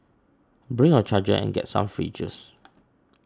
bring your charger and get some free juice